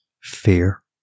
fear